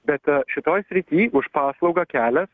be to šitoj srity už paslaugą kelias